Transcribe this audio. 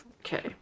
Okay